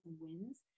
wins